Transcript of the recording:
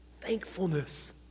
thankfulness